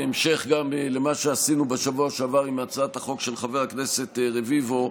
בהמשך גם למה שעשינו בשבוע שעבר עם הצעת החוק של חבר הכנסת רביבו,